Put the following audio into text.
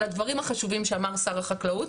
על הדברים החשובים שאמר שר החקלאות,